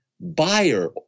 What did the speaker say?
buyer